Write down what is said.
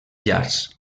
llars